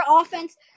offense